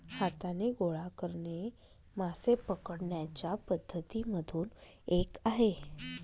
हाताने गोळा करणे मासे पकडण्याच्या पद्धती मधून एक आहे